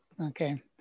Okay